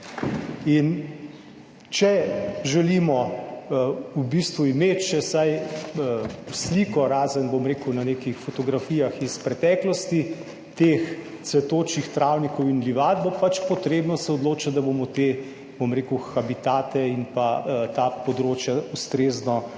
In če želimo v bistvu imeti še vsaj sliko, razen, bom rekel, na nekih fotografijah iz preteklosti, teh cvetočih travnikov in livad, bo pač potrebno se odločiti, da bomo te, bom rekel, habitate in pa ta področja ustrezno varovali